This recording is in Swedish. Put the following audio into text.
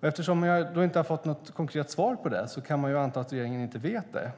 Eftersom jag inte har fått något konkret svar på detta kan man anta regeringen inte vet det.